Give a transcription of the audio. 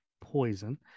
poison